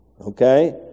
Okay